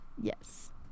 yes